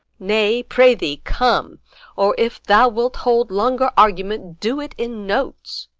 nay, pray thee come or if thou wilt hold longer argument, do it in notes.